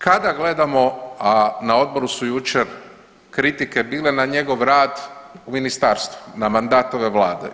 Kada gledamo, a na odboru su jučer kritike bile na njegov rad u ministarstvu, na mandat ove vlade.